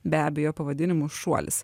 be abejo pavadinimu šuolis